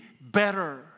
better